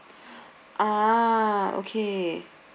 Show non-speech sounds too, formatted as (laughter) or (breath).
(breath) ah okay